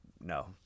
No